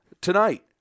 tonight